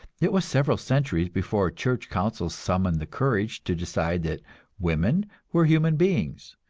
it was several centuries before a church council summoned the courage to decide that women were human beings,